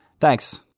Thanks